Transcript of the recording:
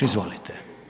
Izvolite.